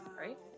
Right